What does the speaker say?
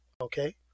Okay